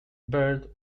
bird